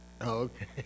Okay